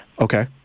Okay